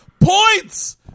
Points